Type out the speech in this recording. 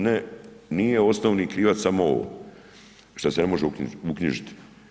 Ne nije osnovni krivac samo ovo, što se ne može uknjižiti.